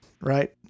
right